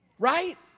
right